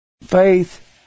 Faith